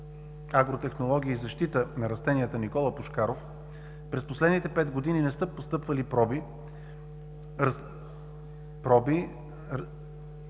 агротехнология и защита на растенията „Никола Пушкаров“ през последните пет години не са постъпвали проби,